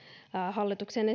hallituksen